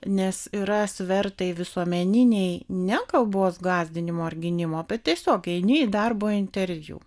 nes yra svertai visuomeniniai ne kalbos gąsdinimo ar gynimo bet tiesiog eini į darbo interviu